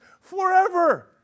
forever